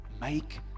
make